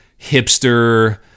hipster